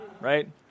Right